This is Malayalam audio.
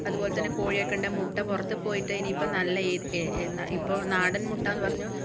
അതുപോലെതന്നെ കോഴി ഒക്കെ ഉണ്ടെങ്കിൽ മുട്ട പുറത്തുപോയിട്ട് ഇനിയിപ്പോൾ നല്ല ഏത് ഇപ്പോൾ നാടൻ മുട്ടയെന്ന് പറഞ്ഞ്